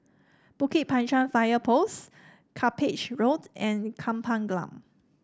Bukit Panjang Fire Post Cuppage Road and Kampung Glam